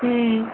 ம்